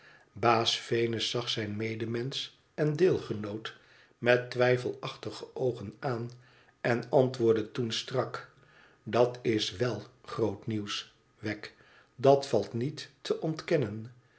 baas venus zag zijn medemensch en deelgenoot met twijfelachtige oogen aan en antwoordde toen strak dat is wèl groot nieuws wegg dat valt niet te ontkennen